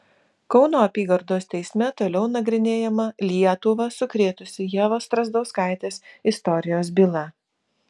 kauno apygardos teisme toliau nagrinėjama lietuvą sukrėtusį ievos strazdauskaitės istorijos byla